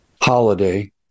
holiday